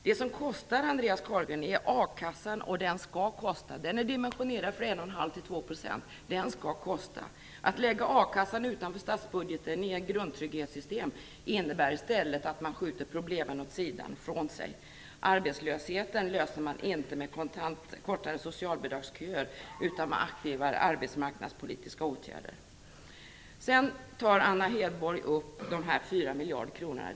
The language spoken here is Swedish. Det som kostar, Andreas Carlgren, är a-kassan, och den skall kosta. Den är dimensionerad för 1,5 %- 2 %. Att lägga a-kassan utanför statsbudgeten i ett grundtrygghetssystem innebär i stället att man skjuter problemen ifrån sig. Arbetslösheten löser man inte med kortare socialbidragsköer utan med aktivare arbetsmarknadspolitiska åtgärder. Anna Hedborg tar upp de 4 miljarder kronorna.